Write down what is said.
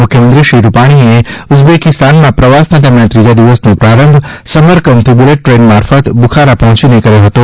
મુખ્યમંત્રી શ્રી વિજયભાઇ રૂપાણીએ ઉઝબેકિસ્તાનમાં પ્રવાસના તેમના ત્રીજા દિવસનો પ્રારંભ સમરકંદથી બૂલેટ ટ્રેન મારફત બૂખારા પહોચીને કર્યો હતો